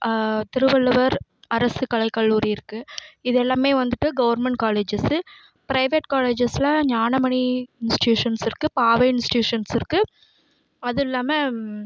திருவள்ளுவர் அரசு கலை கல்லூரி இருக்கு இது எல்லாமே வந்துவிட்டு கவுர்மெண்ட் காலேஜஸ்ஸு பிரைவேட் காலேஜஸ்ஸில் ஞானமணி இன்ஸ்டியூஷன்ஸ் இருக்கு பாவை இன்ஸ்டியூஷன்ஸ் இருக்கு அது இல்லாம